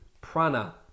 prana